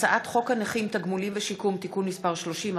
הצעת חוק הנכים (תגמולים ושיקום) (תיקון מס' 30),